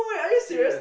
serious